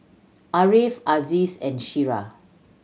Ariff Aziz and Syirah